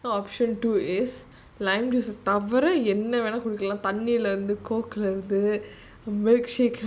option two is lime juice தவிரஎன்னவேணாலும்குடிக்கலாம்தன்னிலஇருந்து:thavira enna venalum kudikalam thannila irunthu coke lah இருந்து:irunthu milkshake